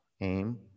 aim